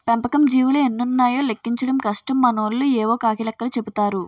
పెంపకం జీవులు ఎన్నున్నాయో లెక్కించడం కష్టం మనోళ్లు యేవో కాకి లెక్కలు చెపుతారు